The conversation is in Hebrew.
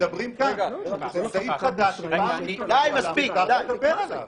זה סעיף חדש, למה לא לדבר עליו?